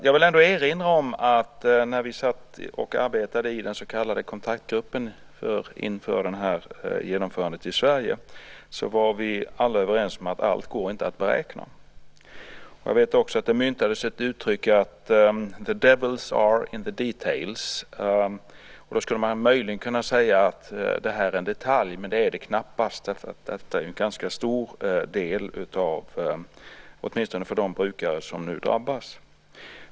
Jag vill ändå erinra om att när vi satt och arbetade i den så kallade kontaktgruppen inför genomförandet i Sverige var vi alla överens om att allt inte går att beräkna. Jag vet också att det myntades ett uttryck: "The devils are in the details." Då skulle man möjligen kunna säga att det här är en detalj, men det är det knappast. Detta är en ganska stor del, åtminstone för de brukare som nu drabbas.